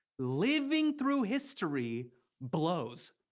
living through history blows.